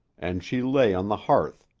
and she lay on the hearth,